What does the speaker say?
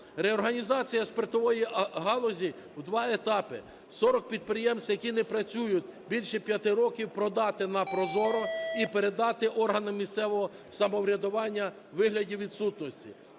Реорганізація спиртової галузі у два етапи. 40 підприємств, які не працюють більше 5 років, продати на ProZorro і передати органам місцевого самоврядування у вигляді відсутності.